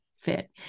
fit